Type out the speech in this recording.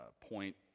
point